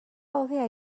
hobea